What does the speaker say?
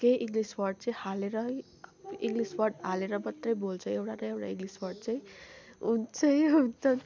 केही English word चाहिँ हालेरै इङ्लिस वर्ड हालेर मात्रै बोल्छ एउडान इउडा इङ्लिस वर्ड वर्ड चाहिँ हुन्छै हुन्छ